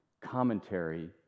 commentary